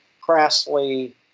crassly